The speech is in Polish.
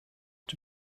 czy